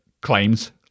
claims